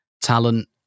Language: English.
talent